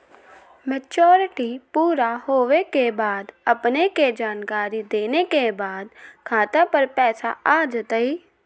Maturity पुरा होवे के बाद अपने के जानकारी देने के बाद खाता पर पैसा आ जतई?